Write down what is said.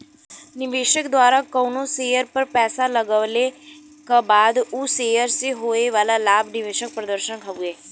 निवेशक द्वारा कउनो शेयर पर पैसा लगवले क बाद उ शेयर से होये वाला लाभ निवेश प्रदर्शन हउवे